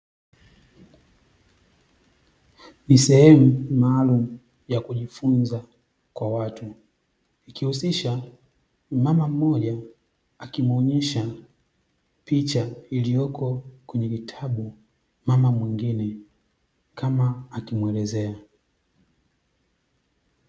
Ni sehemu maalumu ya kujifunza kwa watu ikihusisha mmama mmoja, akimuonyesha picha iliopo kwenye kitabu mama mwingine kama akimuelezea.